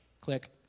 click